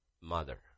mother